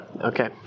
Okay